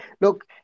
look